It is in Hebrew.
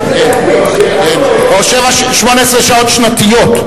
או 18 שעות שנתיות.